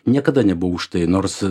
niekada nebuvau už tai nors